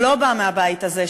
שלא בא מהבית הזה,